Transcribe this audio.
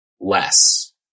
less